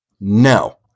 No